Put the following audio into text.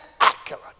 accurate